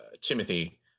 Timothy